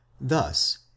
thus